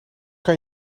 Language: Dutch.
kan